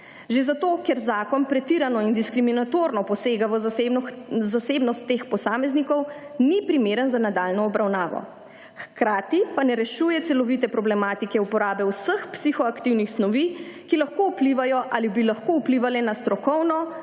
Že zato, ker zakon pretirano in diskriminatorno posega v zasebnost teh posameznikov, **67. TRAK: (NB) – 14.45** (Nadaljevanje) ni primeren za nadaljnjo obravnavo. Hkrati pa ne rešuje celovite problematike uporabe vseh psihoaktivnih snovi, ki lahko vplivajo ali bi lahko vplivale na strokovno,